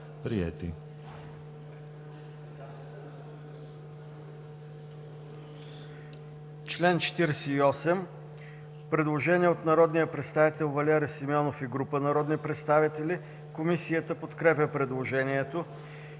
По чл. 48 има предложение от народния представител Валери Симеонов и група народни представители. Комисията подкрепя предложението.